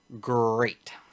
great